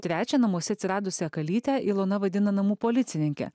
trečią namuose atsiradusią kalytę ilona vadina namų policininke